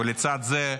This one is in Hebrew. לצד זה,